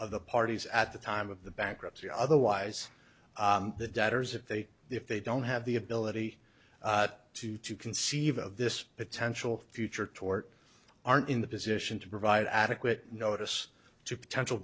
of the parties at the time of the bankruptcy otherwise the debtors if they if they don't have the ability to to conceive of this potential future tort aren't in the position to provide adequate notice to potential